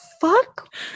fuck